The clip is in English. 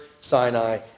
Sinai